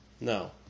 No